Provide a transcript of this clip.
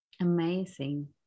Amazing